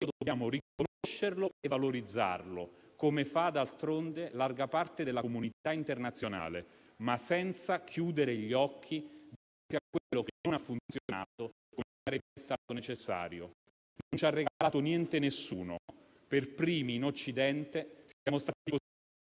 dobbiamo riconoscerlo e valorizzarlo, come fa, d'altronde, larga parte della comunità internazionale, ma senza chiudere gli occhi dinanzi a quello che non ha funzionato, come sarebbe stato necessario. Non ci ha regalato niente nessuno. Per primi, in Occidente, siamo stati